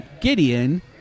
Gideon